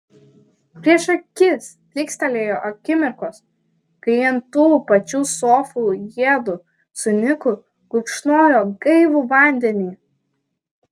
prieš akis plykstelėjo akimirkos kai ant tų pačių sofų jiedu su niku gurkšnojo gaivų vandenį